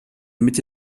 mitte